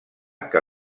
que